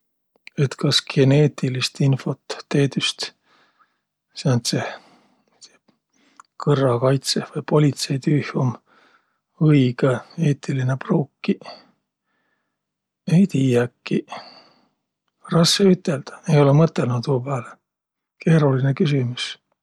Et kas geneetilist infot vai teedüst sääntseh kõrrakaitsõh vai politseitüüh um õigõ, eetiline pruukiq? Ei tiiäkiq. Rassõ üteldäq. Ei olõq mõtõlnuq tuu pääle. Keerolinõ küsümüs.